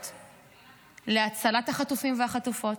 להצלת החטופים והחטופות,